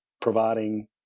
providing